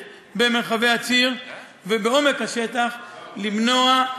במרחבי הציר ובעומק השטח כדי למנוע,